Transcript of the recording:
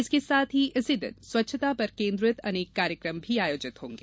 इसके साथ ही इसी दिन स्वच्छता पर केन्द्रित अनेक कार्यक्रम भी होंगे